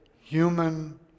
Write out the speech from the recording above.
human